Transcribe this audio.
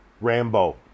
Rambo